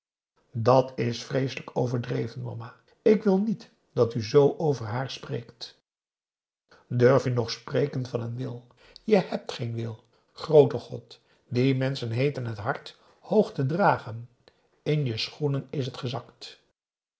dat is vreeselijk overdreven mama ik wil niet dat u zoo over haar spreekt durf je nog spreken van n wil je hebt geen wil groote god die menschen heeten het hart hoog te dragen in je schoenen is het gezakt